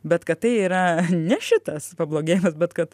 bet kad tai yra ne šitas pablogėjimas bet kad